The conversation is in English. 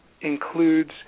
includes